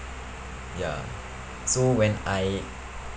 ya so when I